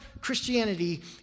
Christianity